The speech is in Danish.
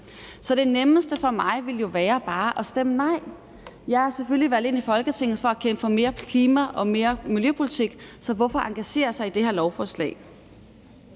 Så det nemmeste for mig ville jo være bare at stemme nej. Jeg er selvfølgelig valgt ind i Folketinget for at kæmpe for mere klima- og miljøpolitik, så hvorfor engagere sig i det her lovforslag?